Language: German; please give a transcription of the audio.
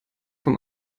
vom